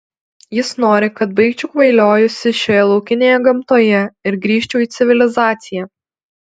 jis nori kad baigčiau kvailiojusi šioje laukinėje gamtoje ir grįžčiau į civilizaciją